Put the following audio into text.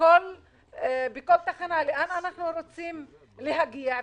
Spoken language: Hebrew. לאן אנחנו רוצים להגיע.